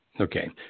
Okay